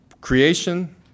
Creation